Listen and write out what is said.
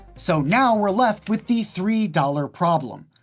so now we're left with the three dollars problem.